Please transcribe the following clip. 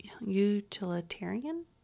utilitarian